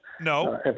No